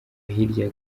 hirya